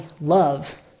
love